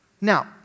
Now